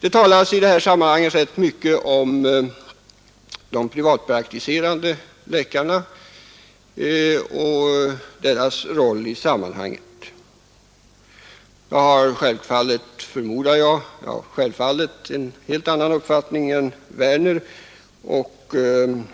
Det talas i detta sammanhang rätt mycket om de privatpraktiserande läkarnas roll. Jag har självfallet där en helt annan uppfattning än herr Werner och